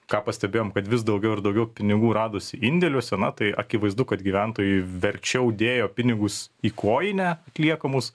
ką pastebėjom kad vis daugiau ir daugiau pinigų radosi indėliuose na tai akivaizdu kad gyventojai verčiau dėjo pinigus į kojinę atliekamus